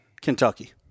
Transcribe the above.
Kentucky